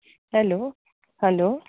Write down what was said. hello hello